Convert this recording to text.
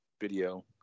video